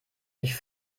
nicht